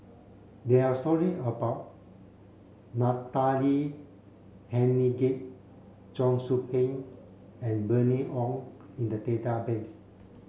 there are story about Natalie Hennedige Cheong Soo Pieng and Bernice Ong in the database